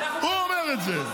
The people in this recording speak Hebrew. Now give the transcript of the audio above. הוא אומר את זה.